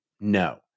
no